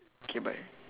K bye